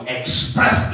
express